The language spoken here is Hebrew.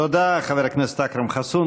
תודה, חבר הכנסת אכרם חסון.